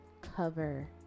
cover